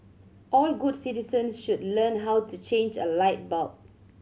all good citizens should learn how to change a light bulb